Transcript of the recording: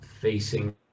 facing